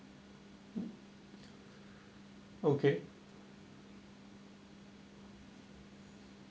okay